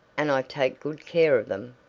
and i take good care of them.